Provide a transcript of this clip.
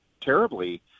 terribly